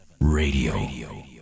Radio